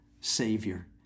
Savior